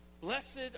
Blessed